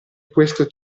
questo